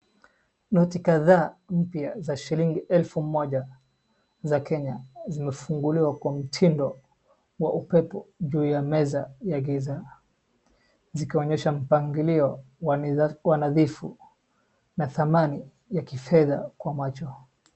Noti kadhaa mpya za shilingi elfu moja za Kenya zimefunguliwa kwa mtindo wa upepo juu ya meza ya giza. Zikionyesha mpangilio wa nadhifu na dhamani ya kifedha kwa macho.